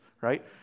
right